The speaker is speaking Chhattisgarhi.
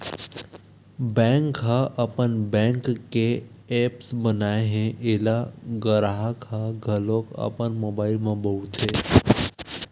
बैंक ह अपन बैंक के ऐप्स बनाए हे एला गराहक ह घलोक अपन मोबाइल म बउरथे